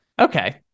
Okay